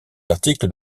articles